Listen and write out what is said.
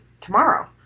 tomorrow